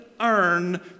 earn